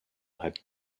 had